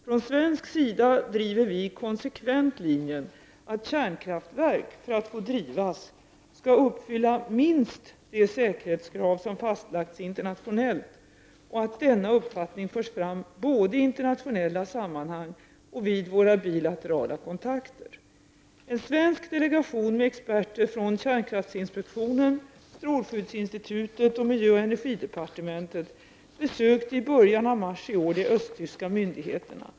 Från svensk sida driver vi konsekvent linjen att kärnkraftsverk, för att få drivas, skall uppfylla minst de säkerhetskrav som fastlagts internationellt och att denna uppfattning förs fram både i internationella sammanhang och vid våra bilaterala kontakter. En svensk delegation med experter från statens kärnkraftinspektion, strålskyddsinstitutet och miljöoch energidepartementet besökte i början av mars i år de östtyska myndigheterna.